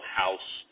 house